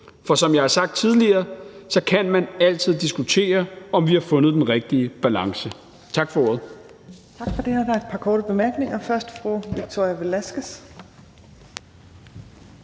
For som jeg har sagt tidligere, kan man altid diskutere, om vi har fundet den rigtige balance. Tak for ordet. Kl. 15:02 Fjerde næstformand (Trine Torp): Tak for det. Der er et par korte bemærkninger. Først er det fru Victoria Velasquez.